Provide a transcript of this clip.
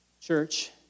church